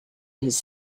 his